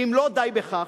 ואם לא די בכך,